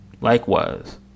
Likewise